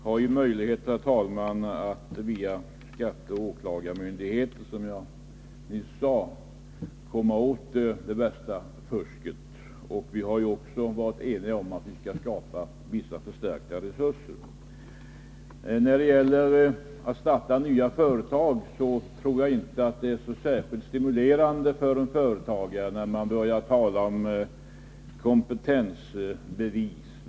Herr talman! Vi har ju möjlighet att via skatteoch åklagarmyndigheter, som jag nyss sade, komma åt det värsta fusket. Vi har varit eniga om att vi skall skapa vissa förstärkningar av resurserna där. När det gäller att starta nya företag tror jag inte att det är så särskilt stimulerande för blivande företagare när man börjar tala om kompetensbevis.